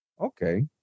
Okay